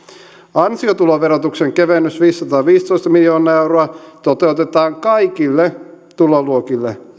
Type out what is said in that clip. ansiotuloverotuksen kevennys viisisataaviisitoista miljoonaa euroa toteutetaan kaikille tuloluokille